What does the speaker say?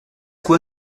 quoi